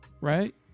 right